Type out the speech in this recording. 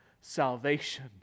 Salvation